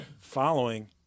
following